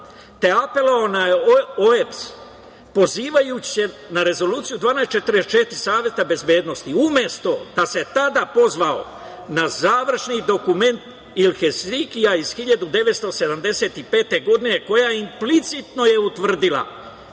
te apelovao na OEBS pozivajući se na Rezoluciju 1244 Saveta bezbednosti, umesto da se tada pozvao na završni dokument iz Helsinkija iz 1975. godine, koji je implicitno utvrdio